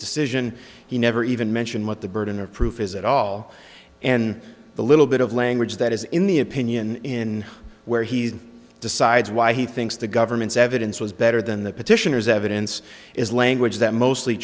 decision he never even mentioned what the burden of proof is at all and the little bit of language that is in the opinion in where he decides why he thinks the government's evidence was better than the petitioners evidence is language that mostly